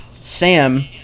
Sam